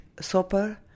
supper